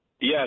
Yes